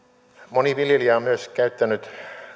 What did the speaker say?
moni viljelijä on myös käyttänyt